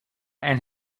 and